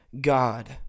God